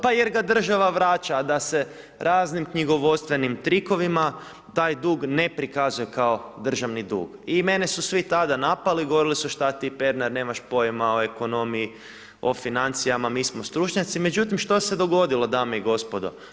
Pa jer ga država vraća, a da se raznim knjigovodstvenim trikovima, taj dug ne prikazuje kao državni dug, i mene su svi tada napali, govorili su šta ti Pernar nemaš pojma o ekonomiji, o financijama, mi smo stručnjaci, međutim što se dogodilo dame i gospodo?